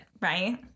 right